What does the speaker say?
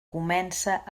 comença